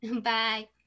Bye